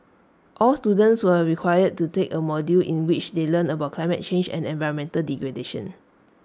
all students were required to take A module in which they learn about climate change and environmental degradation